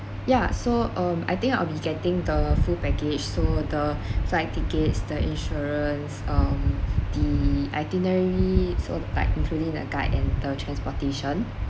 ya so um I think I'll be getting the full package so the flight tickets the insurance um the itinerary so like including a guide and the transportation